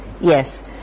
yes